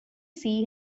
see